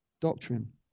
doctrine